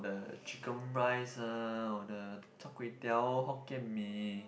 the chicken rice ah or the Char-Kway-Teow Hokkien-Mee